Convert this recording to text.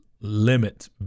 limit